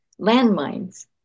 landmines